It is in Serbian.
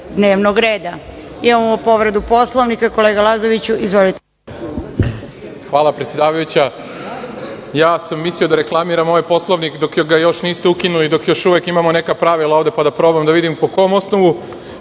dnevnog reda. Imamo povredu Poslovnika. Kolega Lazoviću, izvolite. **Radomir Lazović** Hvala predsedavajuća. Ja sam mislio da reklamiram ovaj Poslovnik dok ga još niste ukinuli, dok još uvek imamo neka pravila ovde, pa da probam da vidim po kom osnovu